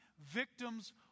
victims